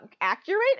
accurate